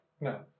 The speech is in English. No